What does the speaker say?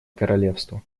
королевства